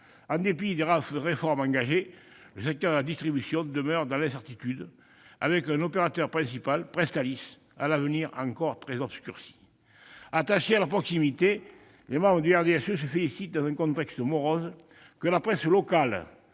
En dépit des réformes engagées, le secteur de la distribution demeure dans l'incertitude, avec un opérateur principal, Presstalis, dont l'avenir demeure très obscurci. Attachés à la proximité, les membres du RDSE se félicitent, dans un contexte morose, que la presse locale